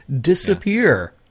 disappear